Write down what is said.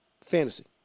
fantasy